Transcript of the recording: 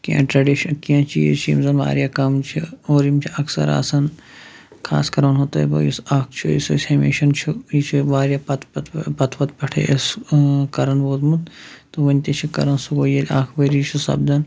کینٛہہ ٹریڈِشن کینٛہہ چیٖز چھِ یِم زَن واریاہ کَم چھِ اور یِم چھِ اَکثر آسان خاص کَر وَنہو تۄہہِ بہٕ یُس اَکھ چھُ یُس أسۍ ہمیشَن چھُ یہِ چھِ واریاہ پَتہٕ پَتہٕ وَتہٕ پٮ۪ٹھَے أسۍ کَرَان ووتمُت تہٕ وٕنہِ تہِ چھِ کَرَان سُہ گوٚو ییٚلہِ اَکھ ؤری چھُ سَپدان